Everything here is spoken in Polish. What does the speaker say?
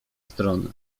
strony